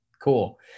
Cool